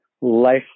Life